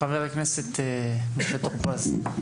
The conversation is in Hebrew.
חבר הכנסת משה טור פז.